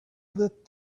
lit